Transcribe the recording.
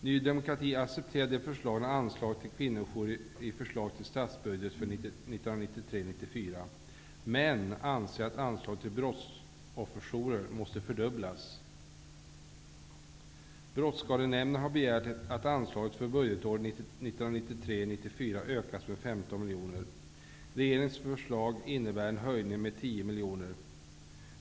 Ny demokrati accepterar det föreslagna anslaget till kvinnojourer i förslaget till statsbudget för 1993 94 ökas med 15 miljoner kronor. miljoner kronor.